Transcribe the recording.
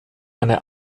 eine